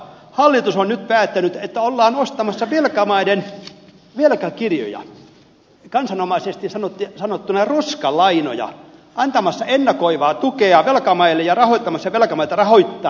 hallitus on nyt päättänyt että ollaan ostamassa velkamaiden velkakirjoja kansanomaisesti sanottuna roskalainoja antamassa ennakoivaa tukea velkamaille ja rahoittamassa velkamaita rahoittaneita pankkeja